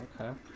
Okay